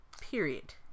Period